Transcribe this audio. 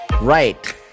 right